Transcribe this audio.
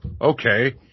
Okay